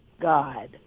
God